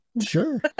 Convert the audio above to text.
Sure